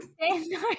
no